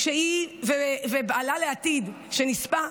שהיא ובעלה לעתיד, שנספה,